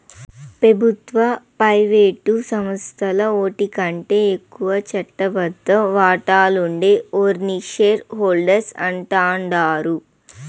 పెబుత్వ, ప్రైవేటు సంస్థల్ల ఓటికంటే ఎక్కువ చట్టబద్ద వాటాలుండే ఓర్ని షేర్ హోల్డర్స్ అంటాండారు